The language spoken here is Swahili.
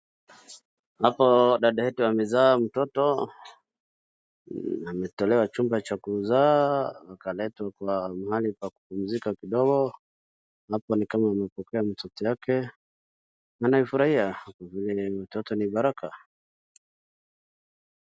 Hapo dada yetu amezaa mtoto, ametolewa chumba cha kuzaa akaletwa kwa mahali pa kupumzika kidogo, hapo ni kama amepokea mtoto yake anayefurahia, mtoto ni baraka.